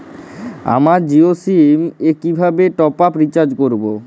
আমার জিও সিম এ কিভাবে টপ আপ রিচার্জ করবো?